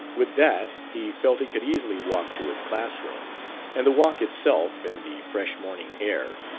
with that he felt he could easily walk to his class-room and the walk itself, in the fresh morning air,